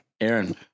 Aaron